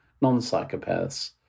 non-psychopaths